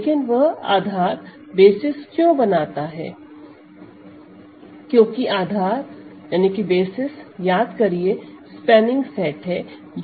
लेकिन वह आधार क्यों बनाता है क्योंकि आधार याद करिए स्पेनिंग सेट है